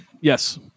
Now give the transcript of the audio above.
yes